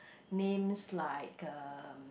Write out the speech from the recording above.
names like uh